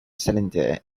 cylinder